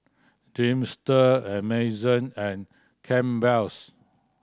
Dreamster Amazon and Campbell's